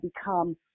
become